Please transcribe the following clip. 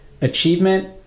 achievement